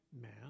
Man